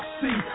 see